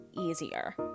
easier